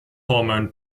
hormone